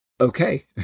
okay